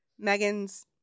Megan's